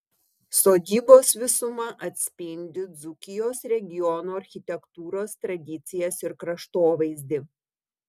sodybos visuma atspindi dzūkijos regiono architektūros tradicijas ir kraštovaizdį